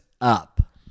up